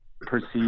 perceive